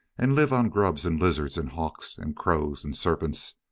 and live on grubs and lizards and hawks and crows and serpents,